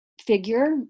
figure